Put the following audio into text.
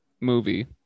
movie